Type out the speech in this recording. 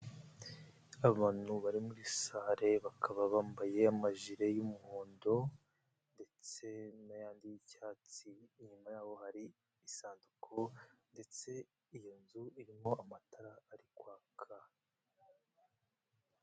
Abantu bari muri sale bakaba bambaye amajile y'umuhondo ndetse n'ayandi y'icyatsi, inyuma yabo hari isanduku, ndetse iyo nzu irimo amatara ari kwaka.